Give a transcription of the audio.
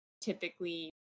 typically